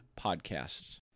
podcasts